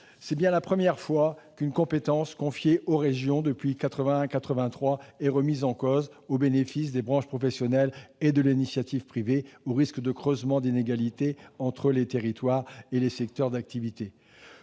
c'est bien la première fois qu'une compétence confiée aux régions depuis 1981-1983 est remise en cause au bénéfice des branches professionnelles et de l'initiative privée, au risque de creuser les inégalités entre les territoires et les secteurs d'activité.